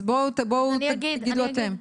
אז בואו תגידו אתם.